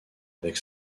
avec